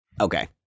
Okay